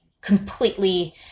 completely